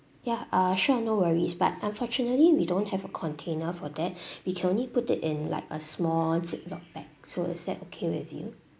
ya uh sure no worries but unfortunately we don't have a container for that we can only put it in like a small zip lock bags so is that okay with you